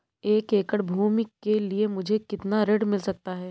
एक एकड़ भूमि के लिए मुझे कितना ऋण मिल सकता है?